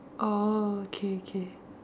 orh okay okay